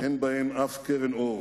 אין בהן אף קרן אור,